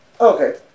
Okay